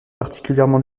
particulièrement